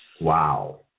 wow